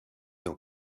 dans